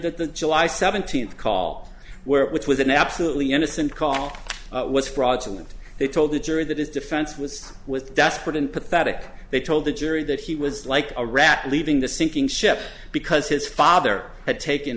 that the july seventeenth call where which was an absolutely innocent call was fraudulent they told the jury that his defense was with desperate and pathetic they told the jury that he was like a rat leaving the sinking ship because his father had taken